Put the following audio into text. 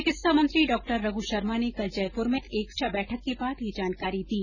चिकित्सा मंत्री डॉ रघु शर्मा ने कल जयपुर में आयोजित एक समीक्षा बैठक के बाद ये जानकारी दी